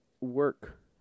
Work